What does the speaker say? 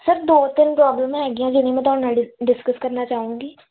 sir ਦੋ ਤਿੰਨ ਪ੍ਰੋਬਲਮਾਂ ਹੈਗੀਆਂ ਜਿਹੜੀਆਂ ਮੈਂ ਤੁਹਾਡੇ ਨਾਲ਼ ਡਿ ਡਿਸਕਸ ਕਰਨਾ ਚਾਹੂੰਗੀ